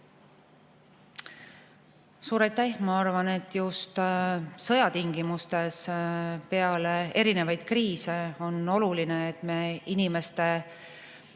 Suur aitäh! Ma arvan, et just sõja tingimustes ja peale erinevaid kriise on oluline, et me inimeste